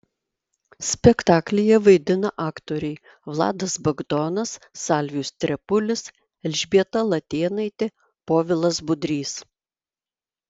spektaklyje vaidina aktoriai vladas bagdonas salvijus trepulis elžbieta latėnaitė povilas budrys